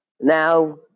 Now